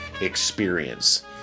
experience